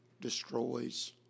Destroys